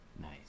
Nice